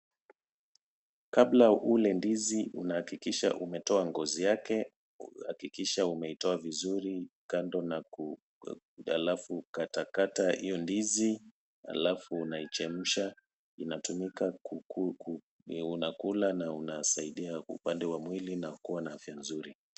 Kabla uule ndizi unahakikisha umetoa ngozi yake, hakikisha umeitoa vizuri kando na ku alafu katakata hiyo ndizi alafu unaichemsha inatumika unakula na unasaidia upande wa mwili na kuwa na afya nzuri.